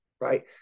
right